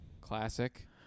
classic